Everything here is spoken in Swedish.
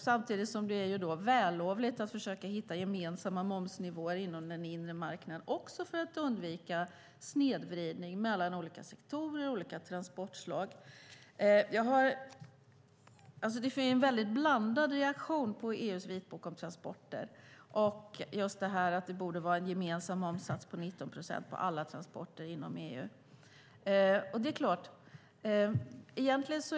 Samtidigt är det vällovligt att man försöker hitta gemensamma momsnivåer inom den inre marknaden för att undvika snedvridning mellan olika sektorer och transportslag. Det blev en blandad reaktion på EU:s vitbok om transporter och att det borde vara en gemensam momssats på 19 procent på alla transporter inom EU.